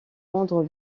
rendre